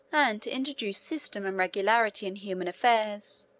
and to introduce system and regularity in human affairs,